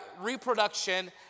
reproduction